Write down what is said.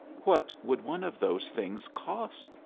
what would one of those things cost?